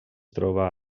troba